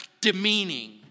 demeaning